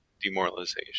demoralization